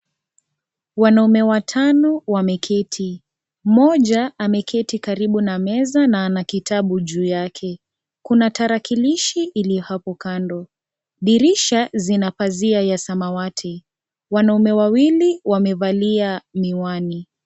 Wanaume watano wameketi. Mmoja ameketi karibu na meza na ana kitabu juu yake, kuna tarakilishi iliyo hapo kando, dirisha zina pazia ya samawati. Wanaume wawili wamevalia miwani.